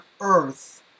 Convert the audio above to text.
earth